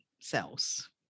cells